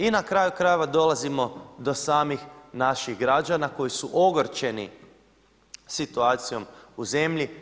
I na kraju krajeva dolazimo do samih naših građana koji su ogorčeni situacijom u zemlji.